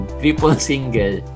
triple-single